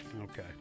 Okay